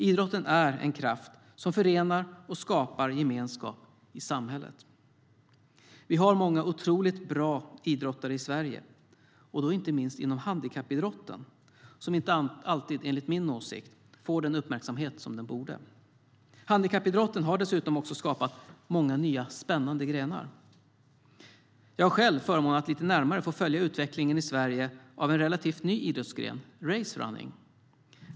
Idrotten är en kraft som förenar och skapar gemenskap i samhället. Vi har många otroligt bra idrottare i Sverige, och då inte minst inom handikappidrotten, som inte alltid enligt min åsikt får den uppmärksamhet den borde få. Handikappidrotten har dessutom skapat många nya spännande grenar. Jag har själv haft förmånen att lite närmare få följa utvecklingen i Sverige av en relativt ny idrottsgren, racerunning.